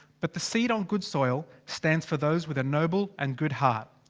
but the seed on good soil stands for those with a noble and good heart.